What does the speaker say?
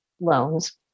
loans